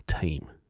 team